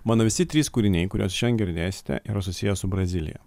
mano visi trys kūriniai kuriuos šiandien girdėsite yra susiję su brazilija